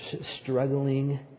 struggling